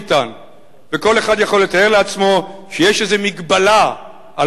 וכל אחד יכול לתאר לעצמו שיש איזו מגבלה על